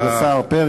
השר פרי